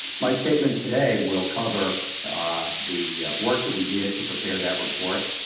my statement today will cover ah the work that we did to prepare that report,